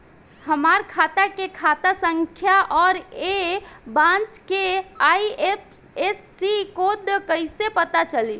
हमार खाता के खाता संख्या आउर ए ब्रांच के आई.एफ.एस.सी कोड कैसे पता चली?